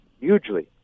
hugely